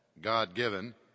God-given